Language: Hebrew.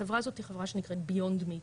החברה הזאת היא חברה שנקראת Beyond meat.